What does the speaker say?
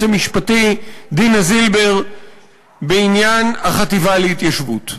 המשפטי דינה זילבר בעניין החטיבה להתיישבות.